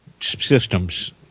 systems